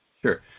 sure